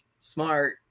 smart